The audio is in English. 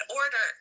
order